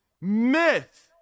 Myth